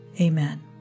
Amen